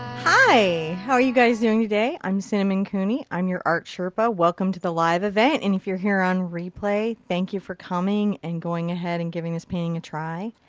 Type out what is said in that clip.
how are you guys doing today? i'm cinnamon cooney. i'm your art sherpa. welcome to the live event. and if you're here on replay, thank you for coming, and going ahead and giving this painting a try.